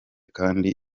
kandi